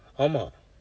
ஆமாம்:aamaam